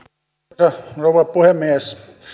arvoisa rouva puhemies